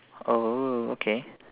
oh okay